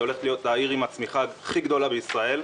היא הולכת להיות העיר עם הצמיחה הכי גדולה בישראל.